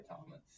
Thomas